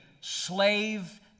slave